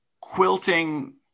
Quilting